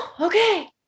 okay